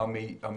נכון.